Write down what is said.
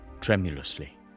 tremulously